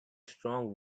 strong